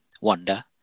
Wanda